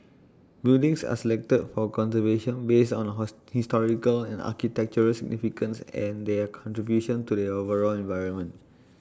buildings are selected for conservation based on A host historical and architectural significance and their contribution to the overall environment